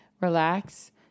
relax